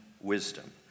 wisdom